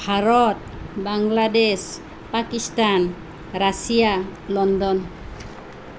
Bharat Bangladesh Pakistan Russia London